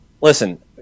listen